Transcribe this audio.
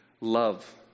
love